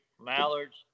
mallards